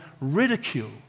ridicule